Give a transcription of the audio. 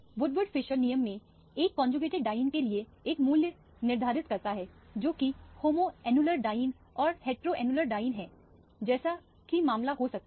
Woodward Fieser नियम में एक कौनजूगैटेड डाइईन के लिए एक मूल मूल्य निर्धारित करता है जो कि होम्योन्युलर डाइईनया हेटेरोन्युलर डाइईनहै जैसा कि मामला हो सकता है